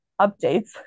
updates